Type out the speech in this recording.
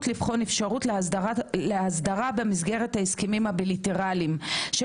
לבחון אפשרות להסדרה במסגרת ההסכמים הבילטרליים של